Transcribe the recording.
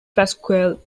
pasquale